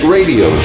Radio